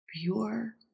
pure